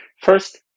First